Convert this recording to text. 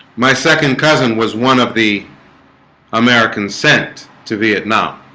my second cousin was one of the americans sent to vietnam